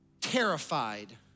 terrified